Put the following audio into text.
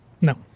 No